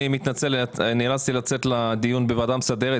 אני מתנצל, נאלצתי לצאת לדיון בוועדה המסדרת.